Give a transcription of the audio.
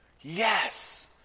Yes